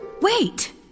Wait